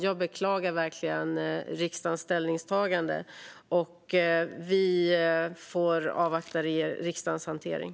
Jag beklagar verkligen riksdagens ställningstagande, men vi inväntar riksdagens hantering.